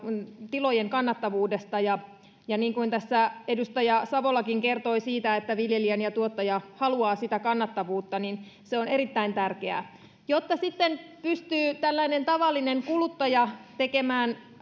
tilojen kannattavuudesta niin kuin tässä edustaja savolakin kertoi siitä että viljelijä ja tuottaja haluavat sitä kannattavuutta eli se on erittäin tärkeää jotta sitten tällainen tavallinen kuluttaja pystyy tekemään